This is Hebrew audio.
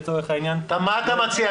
לצורך העניין --- מה אתה מציע?